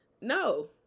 no